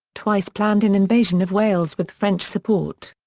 twice planned an invasion of wales with french support.